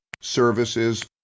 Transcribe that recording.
services